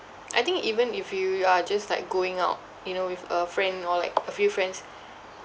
I think even if you are just like going out you know with a friend or like a few friends